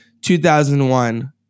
2001